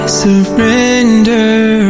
surrender